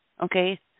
Okay